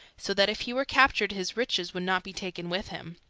so that if he were captured his riches would not be taken with him.